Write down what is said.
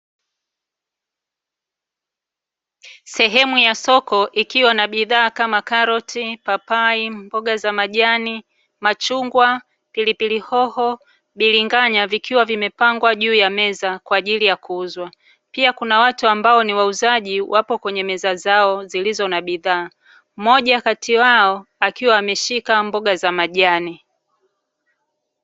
Sehemu ya soko ikiwa na bidhaa kama karoti, papai, mboga za majani, machungwa, pilipili-hoho, biringanya vikiwa vimepangwa juu ya meza kwa ajili ya kuuzwa. Pia kuna watu ambao ni wauzaji wapo kwenye meza zao zilizo na bidhaa, moja kati wao akiwa ameshika mboga za majani.